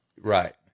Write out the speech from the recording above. Right